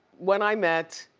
when i met